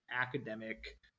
academic